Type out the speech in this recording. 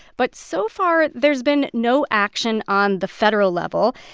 but so far, there's been no action on the federal level.